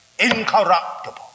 Incorruptible